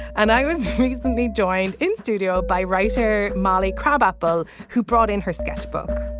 and i was recently joined in studio by writer molly crabapple who brought in her sketchbook